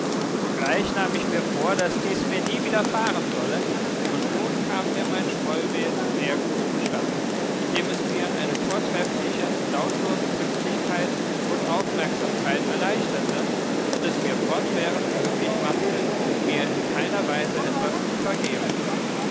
sogleich nahm ich mir vor daß dies mir nie widerfahren solle und nun kam mir mein schmollwesen sehr gut zustatten indem es mir eine vortreffliche lautlose pünktlichkeit und aufmerksamkeit erleichterte und es mir fortwährend möglich machte mir in keiner weise etwas zu vergeben